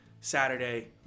saturday